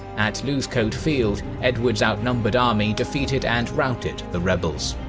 at losecoat field edward's outnumbered army defeated and routed the rebels.